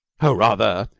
oh, rather!